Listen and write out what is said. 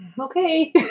okay